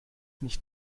nicht